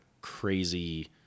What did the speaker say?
crazy